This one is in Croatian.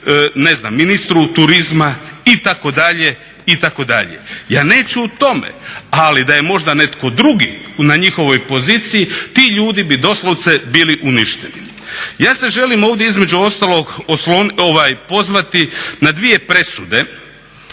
ne znam ministru turizma itd. itd. Ja neću o tome, ali da je možda netko drugi na njihovoj poziciji ti ljudi bi doslovce bili uništeni. Ja se želim ovdje između ostalog pozvati na dvije presude